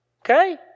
Okay